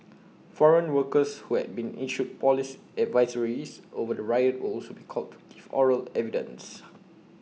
foreign workers who had been issued Police advisories over the riot will also be called to give oral evidence